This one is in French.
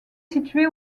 située